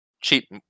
Cheap